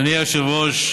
אדוני היושב-ראש,